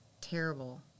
terrible